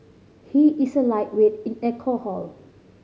he is a lightweight in alcohol